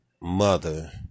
mother